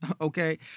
Okay